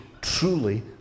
truly